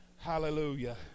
Hallelujah